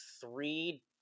three